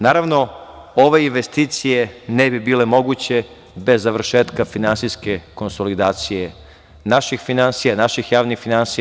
Naravno ove investicije ne bi bile moguće bez završetka finansijske konsolidacije naših finansija, naših javnih finansija.